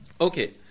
Okay